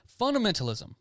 Fundamentalism